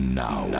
now